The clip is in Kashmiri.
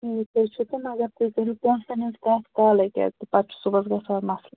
ٹھیٖکھ حَظ چھُ تہٕ مگر تُہۍ کرِو پونٛسن ہنٛز کتھ کالے کیٚازِ کہِ پتہٕ چھُ صُبحس گژھان مسلہٕ